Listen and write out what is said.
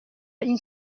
این